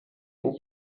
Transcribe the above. and